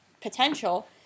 potential